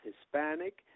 Hispanic